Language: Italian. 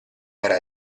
era